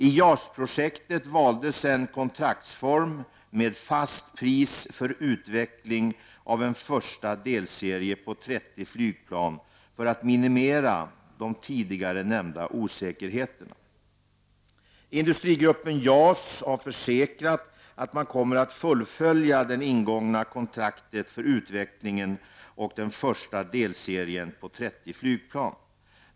I JAS-projektet valdes en kontraktsform med fast pris för utveckling och en första delserie på 30 flygplan för att minimera de tidigare nämnda osäkerheterna. Industrigruppen JAS har försäkrat att man kommer att fullfölja det ingångna kontraktet för utvecklingen och den första delserien på 30 flygplan.